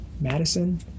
Madison